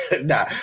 Nah